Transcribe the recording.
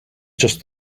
just